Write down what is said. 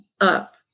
up